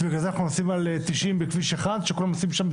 בגלל זה אנחנו נוסעים על 90 בכביש 1 כשכולם נוסעים שם,